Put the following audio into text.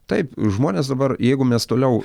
taip žmonės dabar jeigu mes toliau